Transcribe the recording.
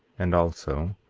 and also,